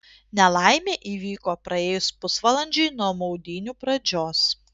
nelaimė įvyko praėjus pusvalandžiui nuo maudynių pradžios